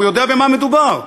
והוא יודע במה מדובר,